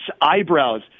eyebrows